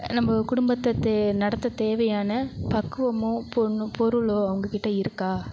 நம்ப குடும்பத்தை தே நடத்த தேவையான பக்குவமும் பொண்ணு பொருளோ அவங்ககிட்ட இருக்கா